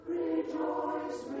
rejoice